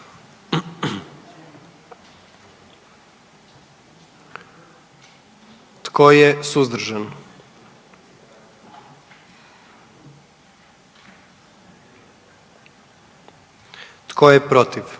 Tko je suzdržan? I tko je protiv?